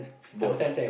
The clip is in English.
both